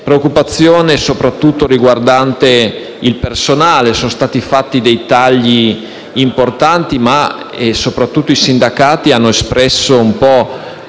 preoccupazioni erano soprattutto riguardanti il personale. Sono stati fatti dei tagli importanti, ma soprattutto i sindacati hanno espresso